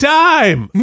time